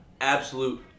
absolute